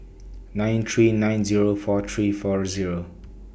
nine three nine Zero four three four Zero